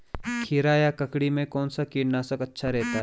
खीरा या ककड़ी में कौन सा कीटनाशक अच्छा रहता है?